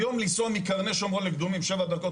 היום לנסוע מקרני שומרון לקדומים שבע דקות